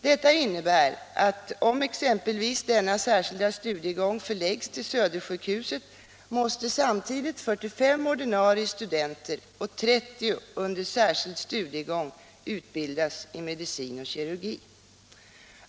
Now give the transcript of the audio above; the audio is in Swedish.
Detta innebär, att om exempelvis denna särskilda studiegång förläggs till Södersjukhuset måste samtidigt 45 ordinarie studenter och 30 under särskild studiegång utbildas i medicin och kirurgi.